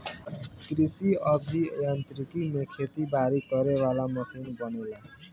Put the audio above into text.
कृषि अभि यांत्रिकी में खेती बारी करे वाला मशीन बनेला